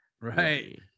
Right